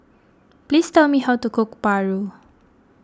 please tell me how to cook Paru